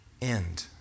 end